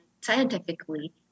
scientifically